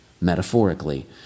metaphorically